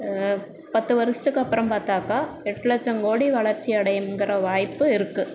பத்து வருஷத்துக்கு அப்புறம் பார்த்தாக்கா எட்டு லட்சம் கோடி வளர்ச்சி அடையும்ங்கிற வாய்ப்பு இருக்குது